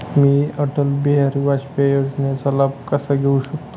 मी अटल बिहारी वाजपेयी योजनेचा लाभ कसा घेऊ शकते?